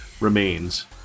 remains